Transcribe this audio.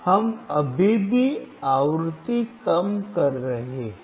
हम अभी भी आवृत्ति कम कर रहे हैं